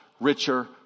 richer